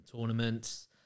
tournaments